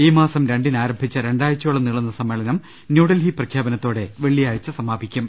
ഈമാസം രണ്ടിനാരംഭിച്ച രണ്ടാ ഴ്ചയോളം നീളുന്ന സമ്മേളനം ന്യൂഡൽഹി പ്രഖ്യാപനത്തോടെ വെള്ളി യാഴ്ച സമാപിക്കും